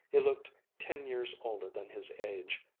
he looked ten years older than his age.